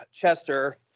Chester